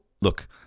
look